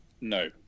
No